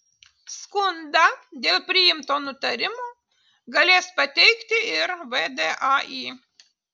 skundą dėl priimto nutarimo galės pateikti ir vdai